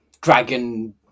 dragon